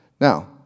Now